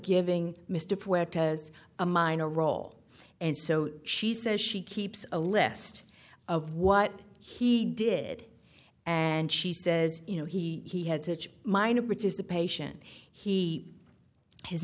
giving mr as a minor role and so she says she keeps a list of what he did and she says you know he had such minor participation he his